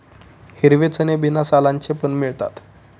हिरवे चणे बिना सालांचे पण मिळतात